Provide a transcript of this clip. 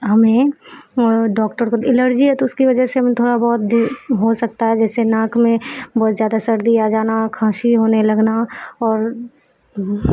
ہمیں ڈاکٹر کو الرجی ہے تو اس کی وجہ سے ہم تھوڑا بہت ہو سکتا ہے جیسے ناک میں بہت زیادہ سردی آ جانا کھانسی ہونے لگنا اور